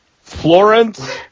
Florence